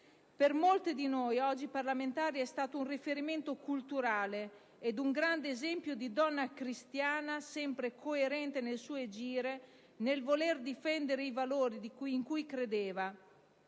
Per molti di noi, oggi parlamentari, è stato un riferimento culturale e un grande esempio di donna cristiana, sempre coerente nel suo agire nel voler difendere i valori in cui credeva,